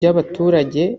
by’abaturage